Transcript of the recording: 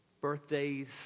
Birthdays